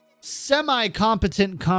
Semi-competent